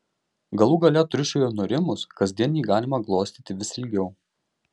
galų gale triušiui nurimus kasdien jį galima glostyti vis ilgiau